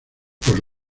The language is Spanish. por